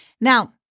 Now